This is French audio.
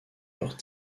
leurs